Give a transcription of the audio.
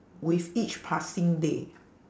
with each passing day